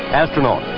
astronaut,